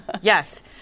Yes